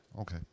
okay